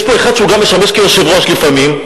יש פה אחד שגם משמש יושב-ראש לפעמים,